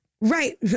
Right